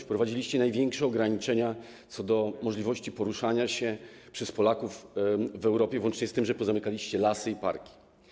Wprowadziliście największe ograniczenia co do możliwości poruszania się przez Polaków w Europie włącznie z tym, że pozamykaliście lasy i parki.